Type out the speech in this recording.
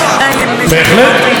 זאת שאלה שאני צריך לשאול,